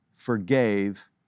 forgave